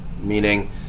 meaning